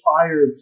fired